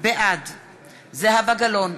בעד זהבה גלאון,